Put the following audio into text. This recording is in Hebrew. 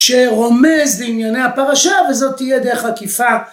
שרומז לענייני הפרשה וזאת תהיה דרך עקיפה